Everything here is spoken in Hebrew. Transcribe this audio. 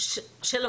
מנומקת של המפכ"ל.